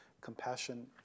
compassion